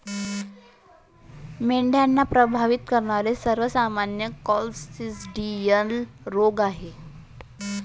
मेंढ्यांना प्रभावित करणारे सर्वात सामान्य क्लोस्ट्रिडियल रोग आहेत